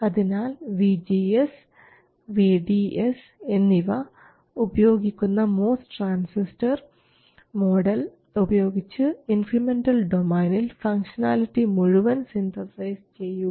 അതിനാൽ vGS vDS എന്നിവ ഉപയോഗിക്കുന്ന മോസ് ട്രാൻസിസ്റ്റർ മോഡൽ ഉപയോഗിച്ച് ഇൻക്രിമെൻറൽ ഡൊമൈനിൽ ഫംഗ്ഷനാലിറ്റി മുഴുവൻ സിന്തസൈസ് ചെയ്യുക